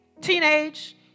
teenage